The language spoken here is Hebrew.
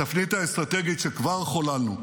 התפנית האסטרטגית שכבר חוללנו,